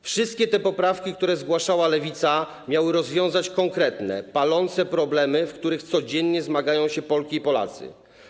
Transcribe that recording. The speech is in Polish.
Wszystkie te poprawki, które zgłaszała Lewica, miały rozwiązać konkretne, palące problemy, z którymi codziennie zmagają się Polki i Polacy.